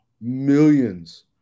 millions